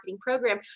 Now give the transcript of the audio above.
program